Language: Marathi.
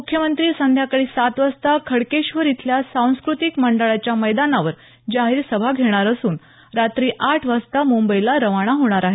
मुख्यमंत्री संध्याकाळी सात वाजता खडकेश्वर इथल्या सांस्क्रतिक मंडळाच्या मैदानावर जाहीर सभा घेणार असून रात्री आठ वाजता मुंबईला रवाना होणार आहेत